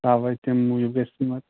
اَوَے تَمہِ موٗجوٗب گَژھِ تِمن